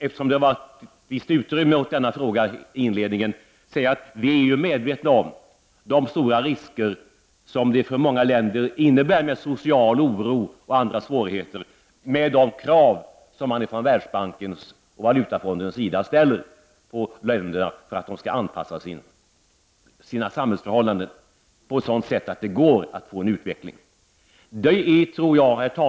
Eftersom det gavs ett visst utrymme åt denna fråga i inledningen, vill jag bara göra en kort kommentar. Vi är medvetna om att de krav som man från Världsbankens och Valutafondens sida ställer, på att man i de här länderna skall anpassa sina samhällsförhållanden på sådant sätt att det går att få till stånd en utveckling, innebär stora risker för många länder med social oro och andra svårigheter.